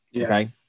okay